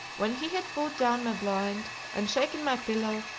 when he had pulled down my blind, and shaken my pillow,